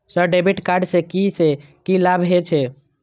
Sir debit card से की से की लाभ हे छे?